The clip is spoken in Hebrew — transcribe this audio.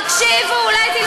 תקשיב ואולי תלמד משהו,